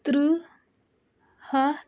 ترٕہ ہَتھ